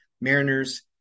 Mariners